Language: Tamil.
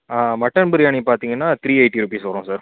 ஆ மட்டன் பிரியாணி பார்த்தீங்கன்னா த்ரீ எயிட்டி ருப்பீஸ் வரும் சார்